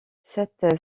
cette